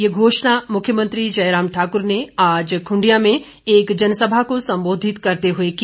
यह घोषणा मुख्यमंत्री जयराम ठाक्र ने आज खुंडियां में एक जनसभा को संबोधित करते हुए की